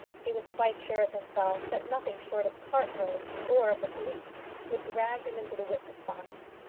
he was quite sure of himself that nothing short of cart-ropes or of the police would drag him into the witness-box.